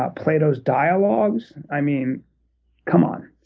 ah plato's dialogues, i mean come on.